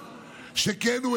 שכן הוא,